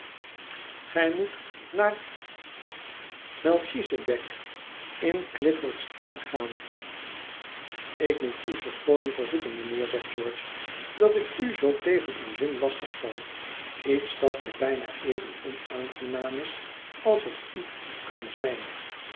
gij moet naar melchisedeck in clifford'slnn gaan ik moet u verschooning verzoeken mijnheer zegt george dat ik u zoo tegen uw zin lastig val iets dat mij bijna even onaangenaam is als het u kan zijn